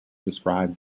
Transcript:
described